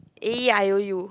A E I O U